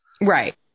Right